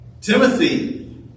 Timothy